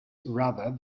rather